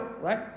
right